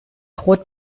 rot